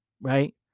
right